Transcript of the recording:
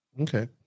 Okay